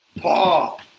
Paul